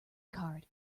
card